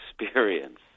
experience